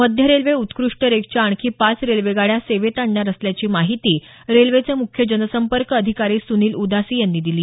मध्ये रेल्वे उत्कृष्ट रेकच्या आणखी पाच रेल्वेगाड्या सेवेत आणणार असल्याची माहिती रेल्वेचे मुख्य जनसंपर्क अधिकारी सुनील उदासी यांनी दिली